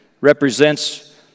represents